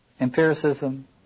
Empiricism